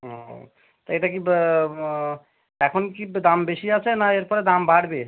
ও তা এটা কি বা এখন কি দাম বেশি আছে না এরপরে দাম বাড়বে